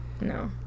no